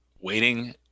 waiting